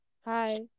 Hi